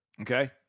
Okay